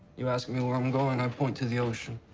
you ask me where i'm going. i point to the ocean.